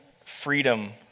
freedom